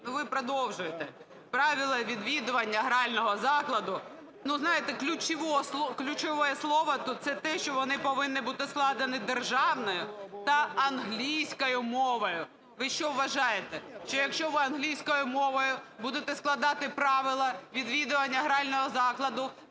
Ви продовжуєте, правила відвідування грального закладу, знаєте, ключове слово тут – це те, що вони повинні бути складені державною та англійською мовою. Ви що вважаєте, що якщо ви англійською мовою будете складати правила відвідування грального закладу,